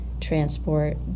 transport